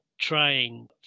trying